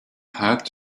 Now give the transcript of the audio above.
hat